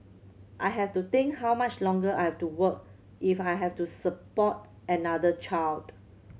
I have to think how much longer I have to work if I have to support another child